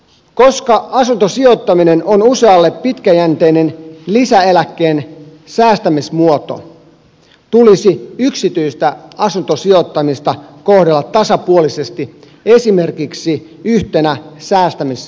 koska asuntosijoittaminen on usealle pitkäjänteinen lisäeläkkeen säästämismuoto tulisi yksityistä asuntosijoittamista kohdella tasapuolisesti esimerkiksi yhtenä säästämismuotona